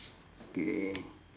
okay